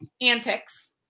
antics